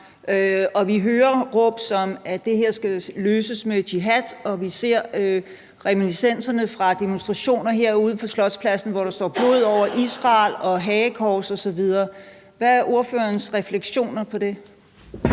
Vi hører råb som, at det her skal løses med jihad, og vi ser reminiscenserne af demonstrationer herude på Slotspladsen, hvor der på skilte står »Død over Israel« og er hagekors osv. Hvad er ordførerens refleksioner over det?